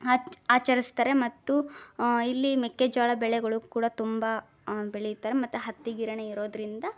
ಆಚ ಆಚರಿಸ್ತಾರೆ ಮತ್ತು ಇಲ್ಲಿ ಮೆಕ್ಕೆಜೋಳ ಬೆಳೆಗಳು ಕೂಡ ತುಂಬ ಬೆಳಿತಾರೆ ಮತ್ತು ಹತ್ತಿ ಗಿರಣೆ ಇರೋದರಿಂದ